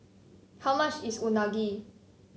how much is unagi